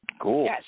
Cool